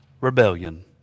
rebellion